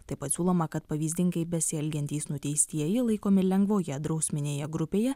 taip pat siūloma kad pavyzdingai besielgiantys nuteistieji laikomi lengvoje drausminėje grupėje